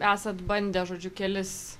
esat bandę žodžiu kelis